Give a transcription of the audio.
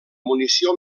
munició